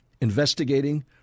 investigating